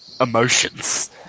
emotions